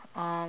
um